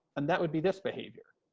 and that would be this behavior.